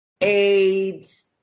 AIDS